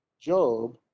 Job